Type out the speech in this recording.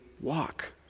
walk